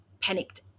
panicked